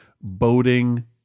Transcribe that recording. boating